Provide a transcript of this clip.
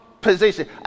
position